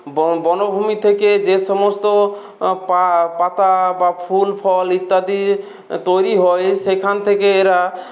ব বনভূমি থেকে যে সমস্ত পা পাতা বা ফুল ফল ইত্যাদি তৈরি হয় সেখান থেকে এরা